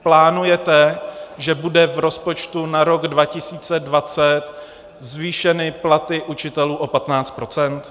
Plánujete, že budou v rozpočtu na rok 2020 zvýšeny platy učitelů o 15 %?